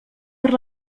per